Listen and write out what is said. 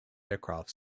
aircraft